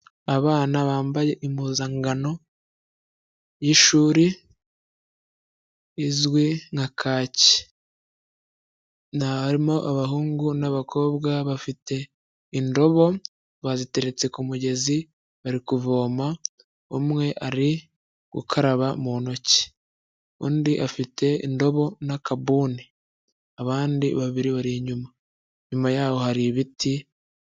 Abana bambaye impuzankano y'ishuri izwi nka kake, harimo abahungu n'abakobwa bafite indobo baziteretse ku mugezi bari kuvoma umwe ari gukaraba mu ntoki, undi afite indobo n'akabuni, abandi babiri bari inyuma, inyuma yabo hari ibiti...